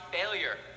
failure